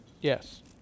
Yes